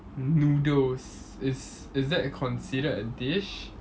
noodles is is that considered a dish